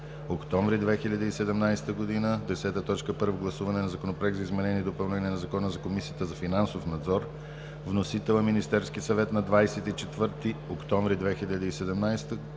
октомври 2017 г. 10. Първо гласуване на Законопроект за изменение и допълнение на Закона за Комисията за финансов надзор. Вносител – Министерският съвет, 24 октомври 2017 г.